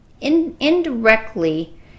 indirectly